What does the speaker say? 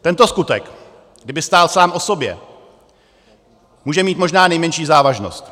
Tento skutek, kdyby stál sám o sobě, může mít možná nejmenší závažnost.